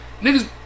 niggas